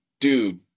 dude